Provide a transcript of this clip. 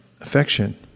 affection